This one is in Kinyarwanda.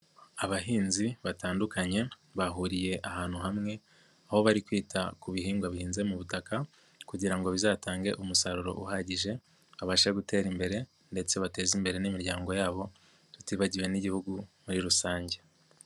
Abahinzi batandukanye bahuriye ahantu hamwe aho bari kwita ku bihingwa bihinze mu butaka kugira ngo bizatange umusaruro uhagije babashe gutera imbere ndetse bateze imbere n'imiryango yabo tutibagiwe n'Igihugu muri rusange.